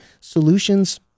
solutions